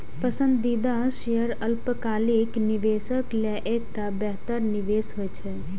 पसंदीदा शेयर अल्पकालिक निवेशक लेल एकटा बेहतर निवेश होइ छै